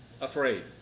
afraid